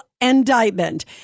indictment